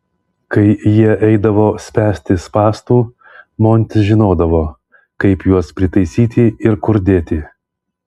kai jie eidavo spęsti spąstų montis žinodavo kaip juos pritaisyti ir kur dėti